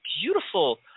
beautiful –